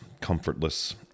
comfortless